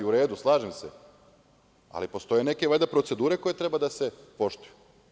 U redu, slažem se, ali postoje neke procedure koje treba da se poštuju.